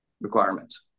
requirements